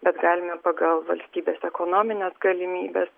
mes galim ir pagal valstybės ekonomines galimybes